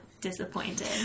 disappointed